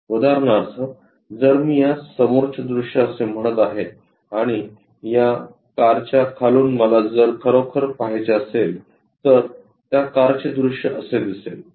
उदाहरणार्थ जर मी यास समोरचे दृश्य असे म्हणत आहे आणि त्या कारच्या खालून मला जर खरोखर पहायचे असेल तर त्या कारचे दृश्य असे दिसेल